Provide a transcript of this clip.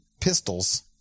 pistols